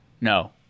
No